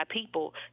people